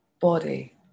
body